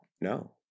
no